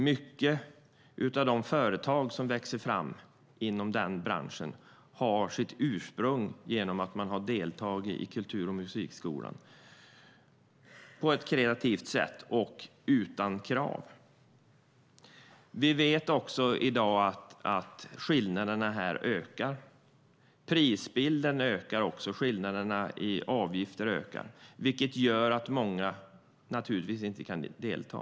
Många av de företag som växer fram inom denna bransch har sitt ursprung i att man har deltagit i musik och kulturskolan på ett kreativt sätt och utan krav. Vi vet att skillnaderna i dag ökar. Prisbilden ökar också; skillnaderna i avgifter ökar. Det gör att många inte kan delta.